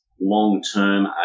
long-term